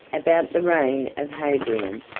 about the reign of hadrian,